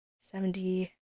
Seventy